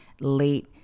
late